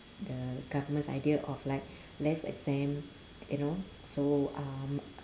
the government's idea of like less exam you know so um